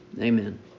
Amen